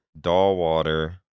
Dollwater